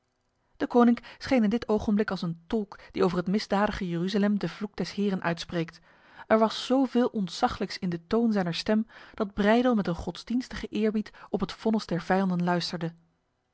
deconinck scheen in dit ogenblik als een tolk die over het misdadige jeruzalem de vloek des heren uitspreekt er was zoveel ontzaglijks in de toon zijner stem dat breydel met een godsdienstige eerbied op het vonnis der vijanden luisterde